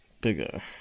bigger